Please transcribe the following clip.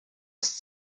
ist